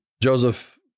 Joseph